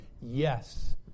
yes